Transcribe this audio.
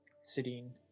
sitting